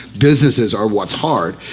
businesses are what's hard,